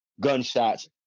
gunshots